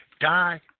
Die